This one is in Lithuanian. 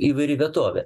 įvairi vietovė